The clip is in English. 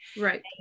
Right